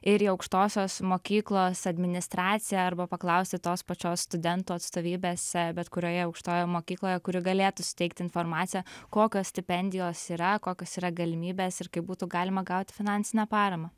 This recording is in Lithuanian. ir į aukštosios mokyklos administraciją arba paklausti tos pačios studentų atstovybėse bet kurioje aukštojoje mokykloje kuri galėtų suteikti informaciją kokios stipendijos yra kokios yra galimybės ir kaip būtų galima gauti finansinę paramą